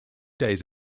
days